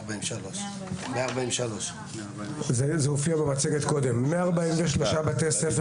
143. זה הופיע קודם במצגת: ב-143 בתי ספר